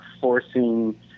forcing